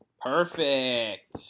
Perfect